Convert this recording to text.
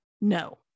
No